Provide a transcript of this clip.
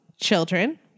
Children